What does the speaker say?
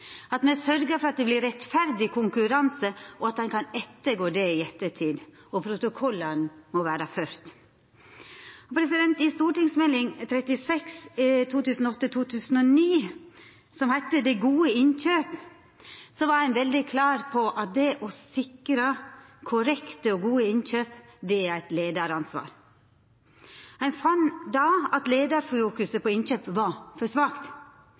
at me sørgjer for at det vert rettferdig konkurranse, og at ein kan ettergå dette i ettertid. Protokollane må vera førte. I St.meld. nr. 36 for 2008–2009, som heiter Det gode innkjøp, var ein veldig klar på at det å sikra korrekte og gode innkjøp er eit leiaransvar. Ein fann då at leiarfokuset på innkjøp var for svakt.